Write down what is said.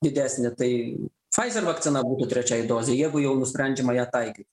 didesnė tai faizer vakcina būtų trečiai dozei jeigu jau nusprendžiama ją taikyt